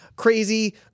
Crazy